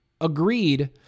agreed